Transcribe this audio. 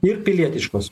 ir pilietiškos